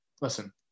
listen